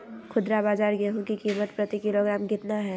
खुदरा बाजार गेंहू की कीमत प्रति किलोग्राम कितना है?